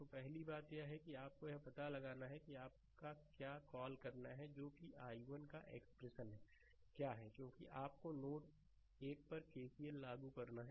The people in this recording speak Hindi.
तो पहली बात यह है कि आपको यह पता लगाना है कि आपका क्या कॉल करना है जो कि i1 का एक्सप्रेशन क्या है क्योंकि आपको नोड 1 पर के सी एल लागू करना है